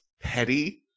petty